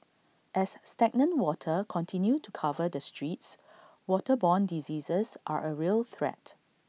as stagnant water continue to cover the streets waterborne diseases are A real threat